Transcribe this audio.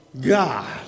God